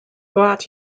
glad